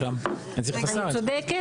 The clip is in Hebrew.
אני צודקת?